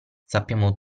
sappiamo